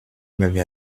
m’avez